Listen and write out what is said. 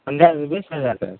पंद्रह बीस हजार तक